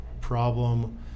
problem